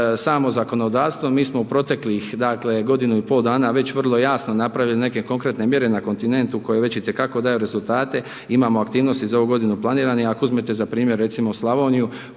samo zakonodavstvo mi smo u proteklih, dakle godinu i pol dana već vrlo jasno napravili neke konkretne mjere na kontinentu koje već itekako daju rezultate, imamo aktivnosti za ovu godinu planirane. I ako uzmete za primjer recimo Slavoniju